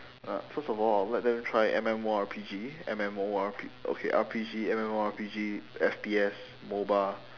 uh first of all I would let them try M_M_O_R_P_G M_M_O_R_P okay R_P_G M_M_O_R_P_G F_P_S MOBA